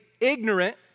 ignorant